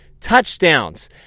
touchdowns